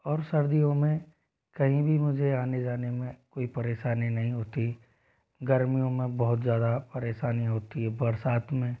और सर्दियों में कहीं भी मुझे आने जाने में कोई परेशानी नहीं होती गर्मियो में बहुत ज़्यादा परेशानियाँ होती है बरसात में